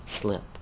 slip